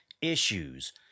issues